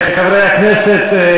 חברי הכנסת,